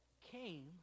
came